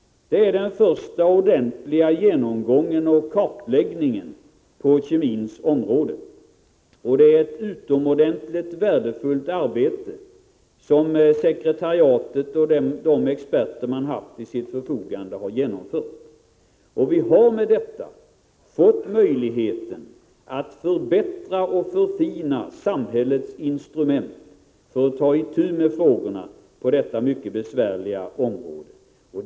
Det är den första ordentliga genomgången och kartläggningen på kemins område, och det är ett utomordentligt värdefullt arbete som sekretariatet och de experter man haft till sitt förfogande har genomfört. Vi har med detta fått möjligheten att förbättra och förfina samhällets instrument för att ta itu med frågorna på detta mycket besvärliga område.